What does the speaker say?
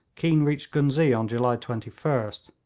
keane reached ghuznee on july twenty first.